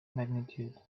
magnitude